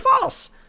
false